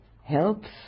helps